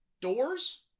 doors